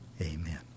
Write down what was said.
Amen